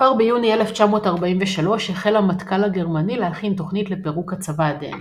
כבר ביוני 1943 החל המטכ"ל הגרמני להכין תוכנית לפירוק הצבא הדני.